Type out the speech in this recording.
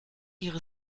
ihre